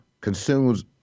consumes